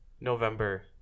November